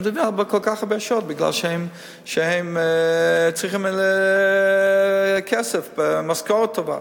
הם עובדים כל כך הרבה שעות כי הם צריכים כסף ומשכורת טובה.